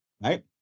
right